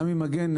עמי מגן.